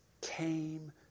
came